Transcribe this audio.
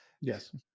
yes